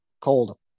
Cold